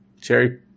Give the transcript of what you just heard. Cherry